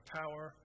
power